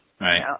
right